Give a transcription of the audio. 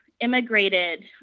immigrated